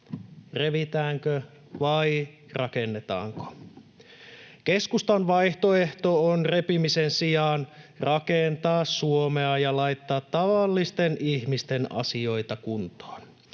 revitäänkö vai rakennetaanko? Keskustan vaihtoehto on repimisen sijaan rakentaa Suomea ja laittaa tavallisten ihmisten asioita kuntoon.